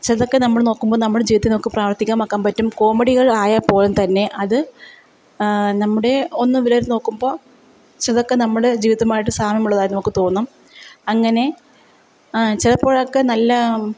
ചിലതൊക്കെ നമ്മൾ നോക്കുമ്പോൾ നമ്മുടെ ജീവിതത്തിൽ നമുക്ക് പ്രാവർത്തികമാക്കാൻ പറ്റും കോമഡികൾ ആയാൽ പോലും തന്നെ അത് നമ്മുടെ ഒന്നവിടെ നോക്കുമ്പോൾ ചിലതൊക്കെ നമ്മുടെ ജീവിതമായിട്ട് സാമ്യമുള്ളതായി നമുക്ക് തോന്നും അങ്ങനെ ചിലപ്പോഴൊക്കെ നല്ല